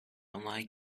unlike